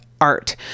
art